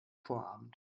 vorabend